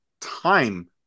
time